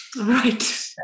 Right